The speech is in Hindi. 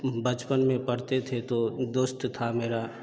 बचपन में पढ़ते थे तो दोस्त था मेरा